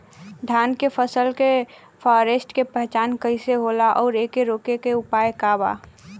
धान के फसल के फारेस्ट के पहचान कइसे होला और एके रोके के उपाय का बा?